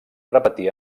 repetir